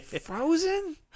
Frozen